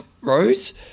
Rose